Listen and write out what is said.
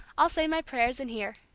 i'll say my prayers in here.